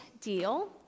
deal